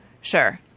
Sure